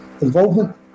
involvement